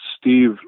Steve